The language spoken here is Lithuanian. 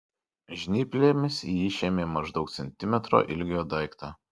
žnyplėmis ji išėmė maždaug centimetro ilgio daiktą